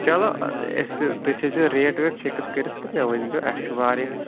چَلو أسۍ تُہۍ تھٲیزیٚو ریٹ ویٹ فِکٕس کٔرِتھ تہٕ مےٚ ؤنزِ اَسہِ چھُ وارِیاہن